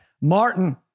Martin